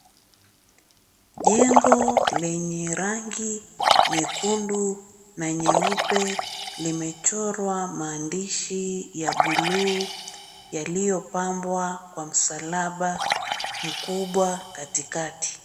Jengo lenye rangi nyekundu na nyeupe limechorwa maandishi ya buluu yaliyopambwa kwa msalaba mkubwa katikati.